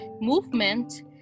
movement